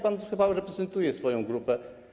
Pan chyba reprezentuje swoją grupę.